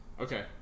Okay